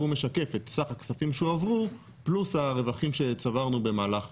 והוא משקף את סך הכספים שהועברו פלוס הרווחים שצברנו במהלך